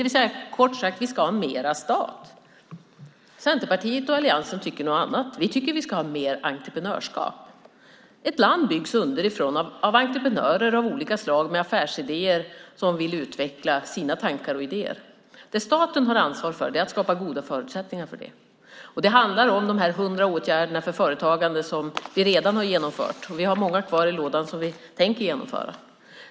Kort sagt: Vi ska ha mer stat. Centerpartiet och alliansen tycker något annat. Vi tycker att vi ska ha mer entreprenörskap. Ett land byggs underifrån av olika slags entreprenörer som har affärsidéer och vill utveckla sina tankar och idéer. Det staten har ansvar för är att skapa goda förutsättningar för detta. Det handlar om de hundra åtgärderna för företagande som vi redan har genomfört, och vi har många kvar i lådan som vi tänker genomföra.